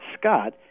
Scott